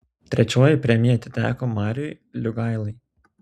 trečioji premija atiteko mariui liugailai